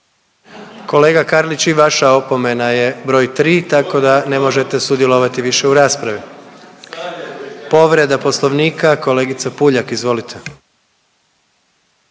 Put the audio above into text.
Kolega Karlić, i vaša opomena je broj tri, tako da ne možete sudjelovati više u raspravi. Povreda Poslovnika kolegica Puljak, izvolite.